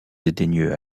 dédaigneux